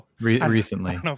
Recently